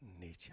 nature